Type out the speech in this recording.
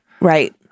right